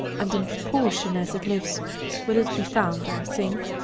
and in proportion as it lives will it be found, i think,